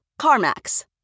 CarMax